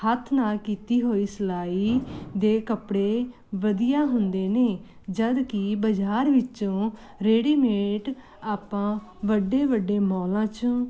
ਹੱਥ ਨਾਲ ਕੀਤੀ ਹੋਈ ਸਿਲਾਈ ਦੇ ਕੱਪੜੇ ਵਧੀਆ ਹੁੰਦੇ ਨੇ ਜਦ ਕੀ ਬਾਜ਼ਾਰ ਵਿੱਚੋਂ ਰੇਡੀਮੇਟ ਆਪਾਂ ਵੱਡੇ ਵੱਡੇ ਮੌਲਾਂ ਚੋਂ